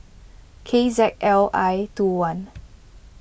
K Z L I two one